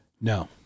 No